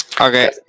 Okay